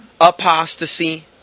apostasy